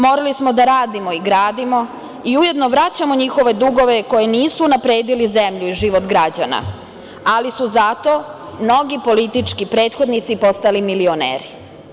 Morali smo da radimo i gradimo i ujedno vraćamo njihove dugove koji nisu unapredili zemlju i život građana, ali su zato mnogi politički prethodnici postali milioneri.